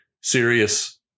serious